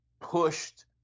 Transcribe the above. pushed